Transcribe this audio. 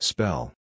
Spell